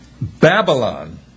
Babylon